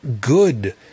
good